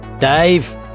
Dave